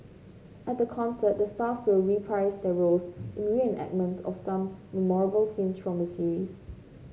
at the concert the stars will reprise their roles in reenactments of some memorable scenes from the series